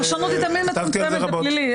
הפרשנות היא תמיד מצומצמת בפלילי.